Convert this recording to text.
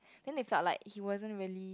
then they felt like he wasn't really